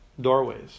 doorways